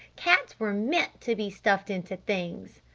cats were meant to be stuffed into things.